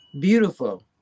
Beautiful